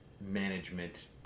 management